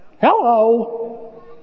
Hello